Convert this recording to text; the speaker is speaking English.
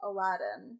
Aladdin